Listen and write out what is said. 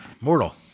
mortal